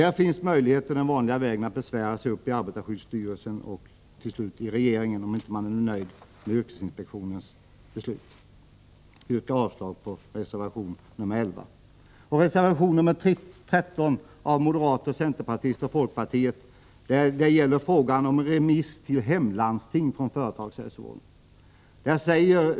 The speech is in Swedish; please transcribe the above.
Det är möjligt att den vanliga vägen besvära sig hos arbetarskyddsstyrelsen och till slut hos regeringen, om man inte är nöjd med yrkesinspektionens beslut. Jag yrkar avslag på reservation nr 11. Reservation nr 13 av moderaterna, centerpartiet och folkpartiet gäller frågan om remiss till hemlandsting från företagshälsovården.